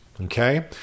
Okay